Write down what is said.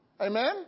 Amen